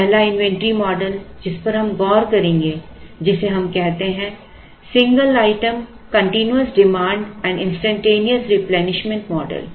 पहला inventory model जिस पर हम गौर करेंगे जिसे हम कहते हैं single item continuous demand and instantaneous replenishment model